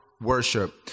worship